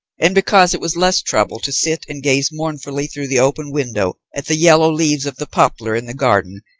and because it was less trouble to sit and gaze mournfully through the open window at the yellow leaves of the poplar in the garden,